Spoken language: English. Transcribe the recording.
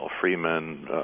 Freeman